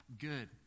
good